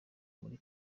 muri